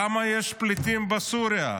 כמה פליטים יש בסוריה?